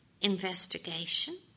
investigation